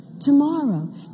tomorrow